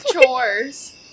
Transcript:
chores